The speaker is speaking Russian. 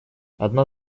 одна